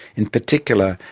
in particular,